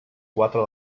quatre